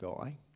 guy